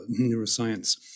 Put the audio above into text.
neuroscience